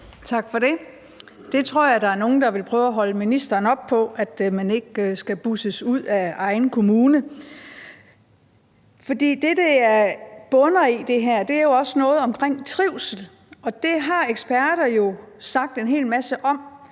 Tak for det. Det tror jeg der er nogen der vil prøve at holde ministeren op på, altså at man ikke skal busses ud af egen kommune. For det, der her bunder i, er jo også noget om trivsel. Og det har eksperter jo sagt en hel masse om.